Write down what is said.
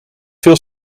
veel